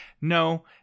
no